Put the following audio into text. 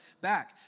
back